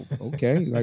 okay